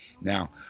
Now